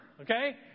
Okay